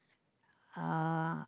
uh